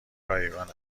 رایگان